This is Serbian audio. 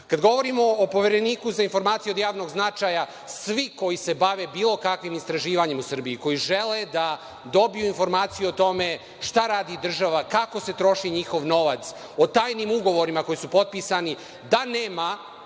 govorimo o Povereniku za informacije od javnog značaja, svi koji se bave bilo kakvim istraživanjem u Srbiji, koji žele da dobiju informaciju o tome šta radi država, kako se troši njihov novac, o tajnim ugovorima koji su potpisani, da nema